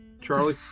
Charlie